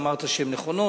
שאמרת שהן נכונות,